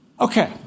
Okay